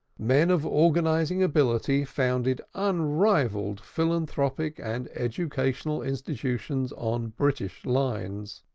men of organizing ability founded unrivalled philanthropic and educational institutions on british lines